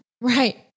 Right